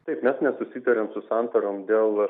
taip mes nesusitariam su santarom dėl